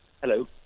Hello